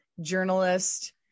journalist